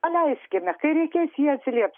paleiskime kai reikės jie atsilieps